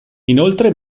inoltre